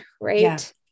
Right